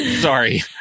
sorry